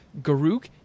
Garouk